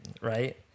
right